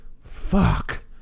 fuck